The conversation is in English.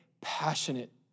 passionate